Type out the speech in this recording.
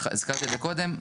הזכרתי את זה קודם,